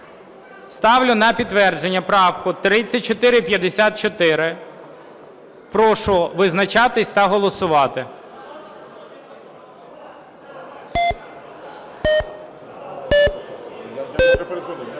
Ставлю на підтвердження правку 3454. Прошу визначатися та голосувати.